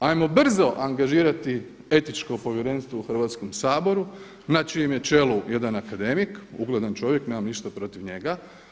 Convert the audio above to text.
Hajmo brzo angažirati Etičko povjerenstvo u Hrvatskom saboru na čijem je čelu jedan akademik, ugledan čovjek, nemam ništa protiv njega.